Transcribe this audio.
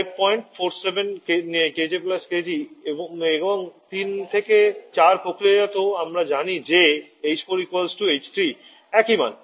PC 9547 kJkg এবং 3 থেকে 4 প্রক্রিয়া জাতীয় আমরা জানি যে h4 h3 একই মান